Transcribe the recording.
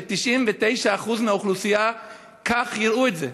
ש-99% מהאוכלוסייה כך יראו את זה,